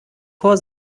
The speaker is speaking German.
chor